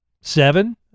seven